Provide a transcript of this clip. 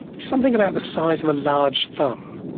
something about the size of a large thumb.